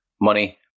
money